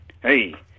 Hey